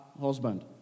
husband